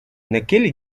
naquele